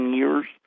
years